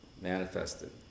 manifested